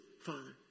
father